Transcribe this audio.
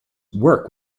work